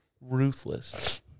Ruthless